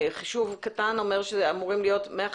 חישוב קטן מראה שאמורים להיות 150